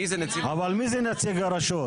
מי זה נציג הרשות?